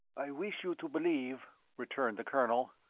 i wish you to believe, returned the colonel,